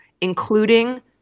including